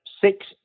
six